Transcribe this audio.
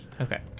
Okay